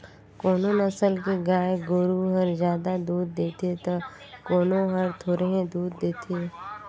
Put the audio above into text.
कोनो नसल के गाय गोरु हर जादा दूद देथे त कोनो हर थोरहें दूद देथे